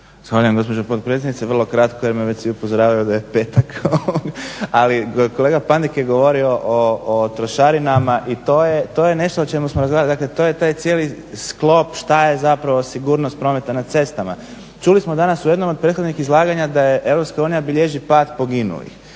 Zahvaljujem gospođo potpredsjednice. Vrlo kratko jer me već svi upozoravaju da je petak, ali kolega Pandek je govorio o trošarinama i to je nešto o čemu smo razgovarali, dakle to je taj cijeli sklop što je zapravo sigurnost prometa na cestama. Čuli smo danas u jednom od prethodnih izlaganja da EU bilježi pad poginuli.